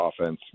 offense